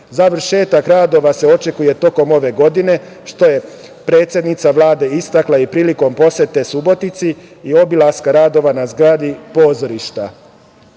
Završetak radova se očekuje tokom ove godine, što je predsednica Vlade istakla i prilikom posete Suboti i obilaska radova na zgradi pozorišta.Za